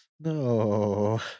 No